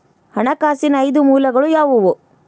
ಹಣಕಾಸಿನ ಐದು ಮೂಲಗಳು ಯಾವುವು?